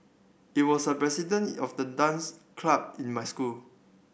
he was the president of the dance club in my school